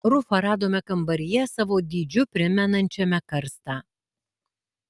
rufą radome kambaryje savo dydžiu primenančiame karstą